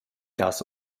cas